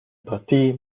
partie